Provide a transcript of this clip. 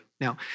Now